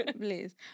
Please